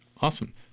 Awesome